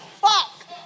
fuck